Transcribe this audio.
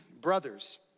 Brothers